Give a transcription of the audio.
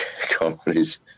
companies